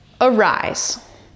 arise